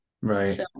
Right